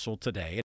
Today